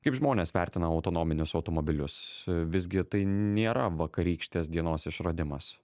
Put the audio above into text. kaip žmonės vertina autonominius automobilius visgi tai nėra vakarykštės dienos išradimas